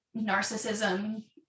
narcissism